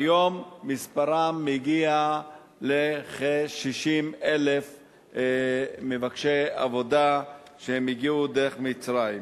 היום מספרם מגיע לכ-60,000 מבקשי עבודה שהגיעו דרך מצרים.